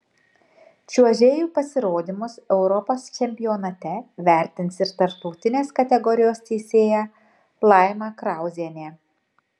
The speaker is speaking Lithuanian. čiuožėjų pasirodymus europos čempionate vertins ir tarptautinės kategorijos teisėja laima krauzienė